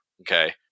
Okay